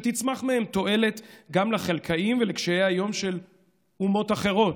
שתצמח מהם תועלת גם לחלכאים ולקשי היום של אומות אחרות.